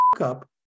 up